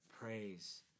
praise